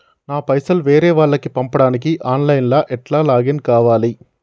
నా పైసల్ వేరే వాళ్లకి పంపడానికి ఆన్ లైన్ లా ఎట్ల లాగిన్ కావాలి?